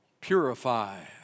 Purify